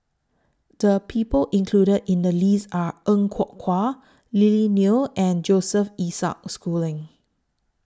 The People included in The list Are Er Kwong Wah Lily Neo and Joseph Isaac Schooling